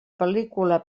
pel·lícula